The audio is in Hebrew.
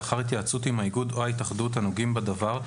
לאחר התייעצות עם האיגוד או ההתאחדות הנוגעים בדבר,